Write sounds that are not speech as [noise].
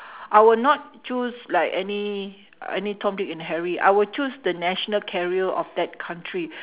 [breath] I would not choose like any any Tom Dick and Harry I will choose the national carrier of that country